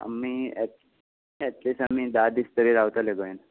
आमी at at least आमी धा दीस तरी रावतले गोंयांत